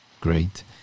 Great